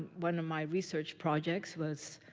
one of my research projects was